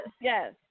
Yes